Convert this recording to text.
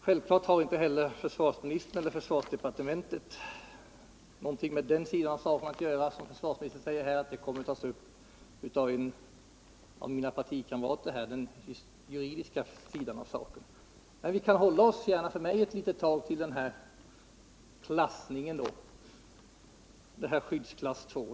Självklart har inte heller försvarsministern eller försvarsdepartementet någonting med den juridiska sidan av saken att göra, och försvarsministern antyder att den kommer att tas upp vid besvarandet av en interpellation från en av mina partikamrater. Vi kan gärna för mig hålla oss ett litet tag till det här om klassningen till skyddsklass 2.